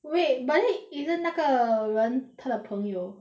wait but then isn't 那个人他的朋友